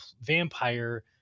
vampire